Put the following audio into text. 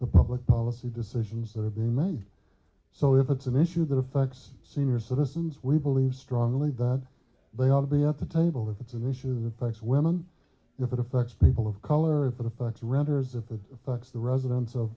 the public policy decisions that are being made so if it's an issue that affects senior citizens we believe strongly that they ought to be at the table if it's an issue that backs women if it affects people of color if it affects renters at the parks the residents of